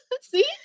See